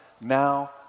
now